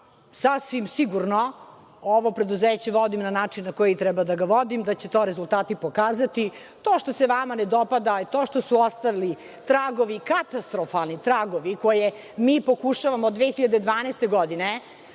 sasvim sigurno ovo preduzeće vodim na način na koji treba da ga vodim, da će to rezultati pokazati. To što se vama ne dopada je to što su ostali tragovi, katastrofalni tragovi koje mi pokušavamo od 2012. godine